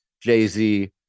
Jay-Z